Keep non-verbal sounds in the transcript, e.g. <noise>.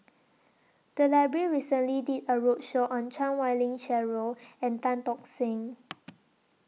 The Library recently did A roadshow on Chan Wei Ling Cheryl and Tan Tock Seng <noise>